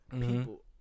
People